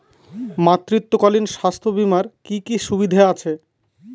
মাতৃত্বকালীন স্বাস্থ্য বীমার কি কি সুবিধে আছে?